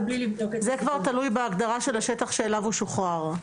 ובלי לבדוק את ה --- זה כבר תלוי בהגדרה של השטח שאליו הוא שוחרר.